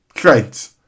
Great